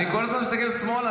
אני כל הזמן מסתכל שמאלה,